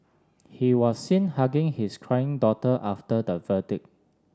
he was seen hugging his crying daughter after the verdict